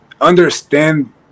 understand